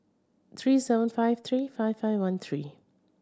three seven five three five five one three